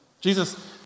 Jesus